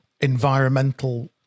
environmental